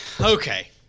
okay